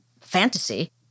fantasy